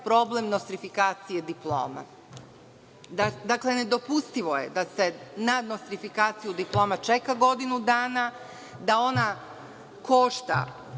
problem nostrifikacije diploma. Nedopustivo je da se na nostrifikaciju diploma čeka godinu dana, da ona košta